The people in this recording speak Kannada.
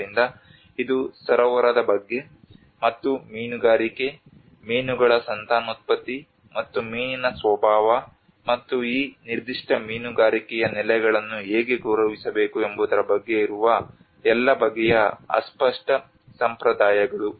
ಆದ್ದರಿಂದ ಇದು ಸರೋವರದ ಬಗ್ಗೆ ಮತ್ತು ಮೀನುಗಾರಿಕೆ ಮೀನುಗಳ ಸಂತಾನೋತ್ಪತ್ತಿ ಮತ್ತು ಮೀನಿನ ಸ್ವಭಾವ ಮತ್ತು ಈ ನಿರ್ದಿಷ್ಟ ಮೀನುಗಾರಿಕೆಯ ನೆಲೆಗಳನ್ನು ಹೇಗೆ ಗೌರವಿಸಬೇಕು ಎಂಬುದರ ಬಗ್ಗೆ ಇರುವ ಎಲ್ಲ ಬಗೆಯ ಅಸ್ಪಷ್ಟ ಸಂಪ್ರದಾಯಗಳು